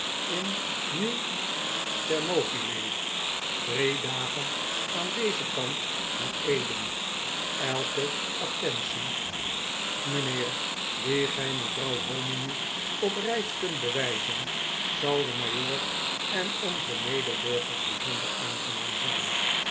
in nieuw thermopyle drie dagen aan dezen kant van eden elke attentie mijnheer die gij mevrouw hominy op reis kunt bewijzen zal den majoor en onzen medeburgers bijzonder aangenaam zijn